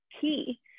key